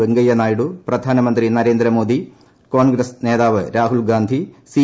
വെങ്കയ്യനായിഡു പ്രധാനമന്ത്രി നരേന്ദ്രമോദി കോൺഗ്രസ് നേതാവ് രാഹുൽ ഗാന്ധി സി